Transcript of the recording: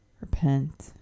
repent